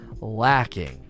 lacking